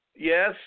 Yes